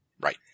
Right